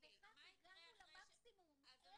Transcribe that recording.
ובכך הגענו למקסימום --- אוקיי.